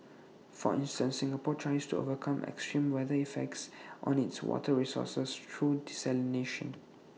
for instance Singapore tries to overcome extreme weather effects on its water resources through desalination